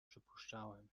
przypuszczałem